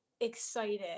excited